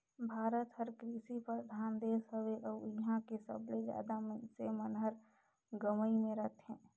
भारत हर कृसि परधान देस हवे अउ इहां के सबले जादा मनइसे मन हर गंवई मे रथें